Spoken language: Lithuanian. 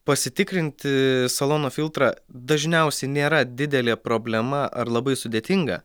pasitikrinti salono filtrą dažniausiai nėra didelė problema ar labai sudėtinga